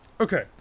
Okay